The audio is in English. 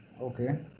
Okay